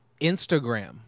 Instagram